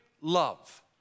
love